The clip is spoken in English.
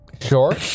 Sure